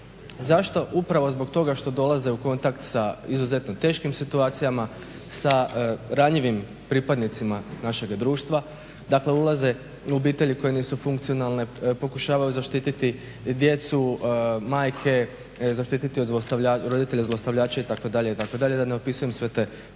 Zašto? Upravo zbog toga što dolaze u kontakt sa izuzetno teškim situacijama, sa ranjivim pripadnicima našega društva, dakle ulaze i u obitelji koje nisu funkcionalne, pokušavaju zaštititi djecu, majke, zaštiti od roditelja zlostavljača itd. itd. da ne opisujem sve te